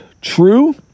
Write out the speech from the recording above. true